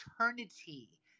eternity